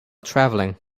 traveling